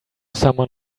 someone